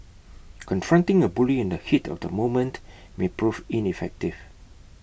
confronting A bully in the heat of the moment may prove ineffective